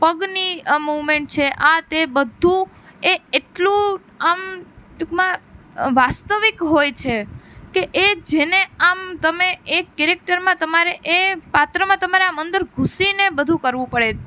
પગની મૂમેન્ટ છે આ તે બધુ એ એટલું આમ ટૂંકમાં વાસ્તવિક હોય છે કે એ જેને આમ તમે એક કેરેક્ટરમાં તમારે એ પાત્રમાં તમારે આમ અંદર ઘુસીને બધું કરવું પડે